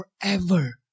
forever